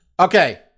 okay